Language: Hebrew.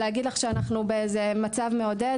להגיד לך שאנחנו במצב מעודד?